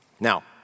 Now